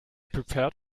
prepared